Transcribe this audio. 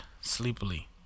sleepily